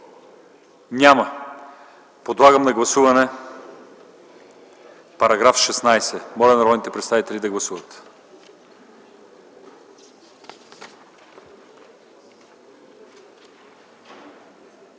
Няма. Подлагам на гласуване § 15. Моля народните представители да гласуват.